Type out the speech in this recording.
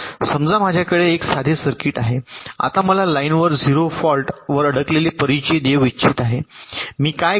समजा माझ्याकडे असे एक साधे सर्किट आहे आता मला लाइन वर 0 फॉल्ट वर अडकलेले परिचय देऊ इच्छित आहे मी काय करू